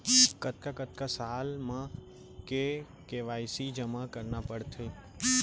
कतका कतका साल म के के.वाई.सी जेमा करना पड़थे?